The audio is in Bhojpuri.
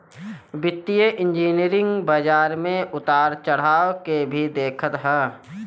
वित्तीय इंजनियरिंग बाजार में उतार चढ़ाव के भी देखत हअ